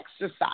exercise